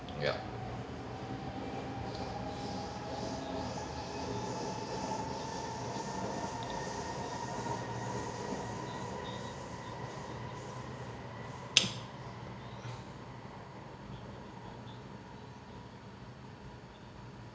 yup